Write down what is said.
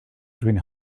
between